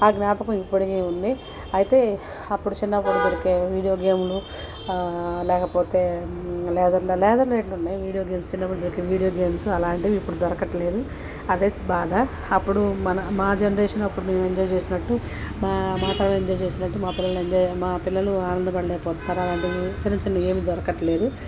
ఆ జ్ఞాపకం ఇప్పటికీ ఉంది అయితే అప్పుడు చిన్నప్పుడు దొరికే వీడియో గేమ్లు లేకపోతే లేజర్ లేజర్ లైట్లు ఉన్నాయి వీడియో గేమ్స్ చిన్నప్పుడు దొరికే వీడియో గేమ్స్ అలాంటివి ఇప్పుడు దొరకట్లేదు అదే బాధ అప్పుడు మన మా జనరేషన్ అప్పుడు మేము ఎంజాయ్ చేసినట్టు మా మా తరం ఎంజాయ్ చేసినట్టు మా పిల్లలు ఎంజాయ్ మా పిల్లలు ఆనందపడలేకపోతున్నారు అలాంటివి చిన్నచిన్నవి ఏం దొరకట్లేదు